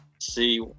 see